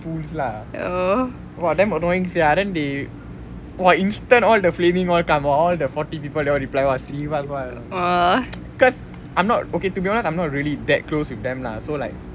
fools lah !wah! damn annoying sia then they !wah! instant all the flaming all come out all the forty people they all reply !wah! like all cause I'm not okay to be honest I'm not really that close with them lah so like